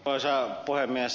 arvoisa puhemies